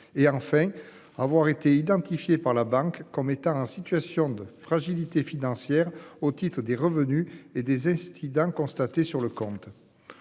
et enfin avoir été identifiés par la banque comme étant en situation de fragilité financière. Au titre des revenus et des instits dans constatés sur le compte.